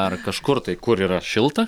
ar kažkur tai kur yra šilta